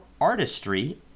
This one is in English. artistry